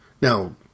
Now